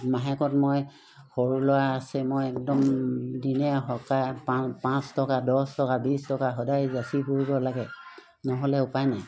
মাহেকত মই সৰু ল'ৰা আছে মই একদম দিনে সপ্তাহে পাঁচ পাঁচ টকা দহ টকা বিছ টকা সদায় যাচি কৰিব লাগে নহ'লে উপায় নাই